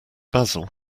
basil